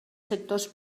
sectors